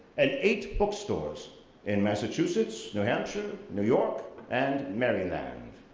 and eight bookstores in massachusetts, new hampshire, new york and maryland.